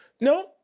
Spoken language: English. no